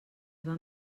vam